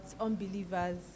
unbelievers